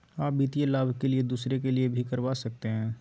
आ वित्तीय लाभ के लिए दूसरे के लिए भी करवा सकते हैं?